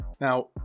Now